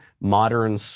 modern